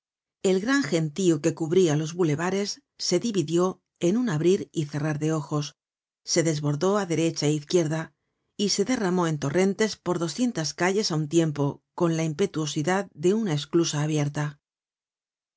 el gran gentío que cubria los boulevares se dividió en un abrir y cerrar de ojos se desbordó á derecha é izquierda y se derramó en torrentes por doscientas calles á un tiempo con la impetuosidad de una esclusa abierta